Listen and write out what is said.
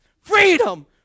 freedom